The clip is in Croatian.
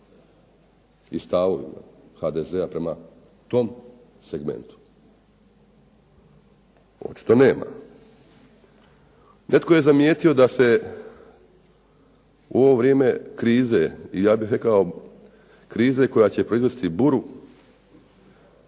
i stavovima HDZ-a prema tom segmentu? Očito nema. Netko je zamijetio da se u ovo vrijeme krize, i ja bih rekao krize koja će proizvesti buru,